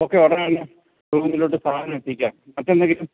okay ഉടനെ തന്നെ റൂമിലോട്ട് സാധനം എത്തിക്കാം മറ്റ് എന്തെങ്കിലും